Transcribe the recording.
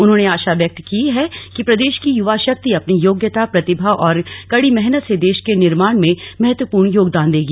उन्होंने आशा व्यक्त की है कि प्रदेश की युवा शक्ति अपनी योग्यता प्रतिभा और कड़ी मेहनत से देश के निर्माण में महत्वपूर्ण योगदान देगी